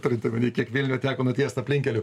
turint omeny kiek vilniuj teko nutiest aplinkkelių